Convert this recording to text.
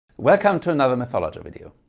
welcome to another mathologer video.